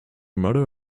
mother